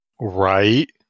Right